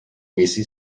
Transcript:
busy